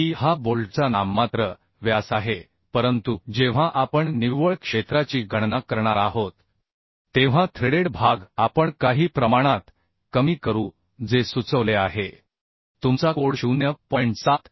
d हा बोल्टचा नाममात्र व्यास आहे परंतु जेव्हा आपण निव्वळ क्षेत्राची गणना करणार आहोत तेव्हा थ्रेडेड भाग आपण काही प्रमाणात कमी करू जे सुचवले आहे तुमचा कोड 0